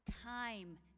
time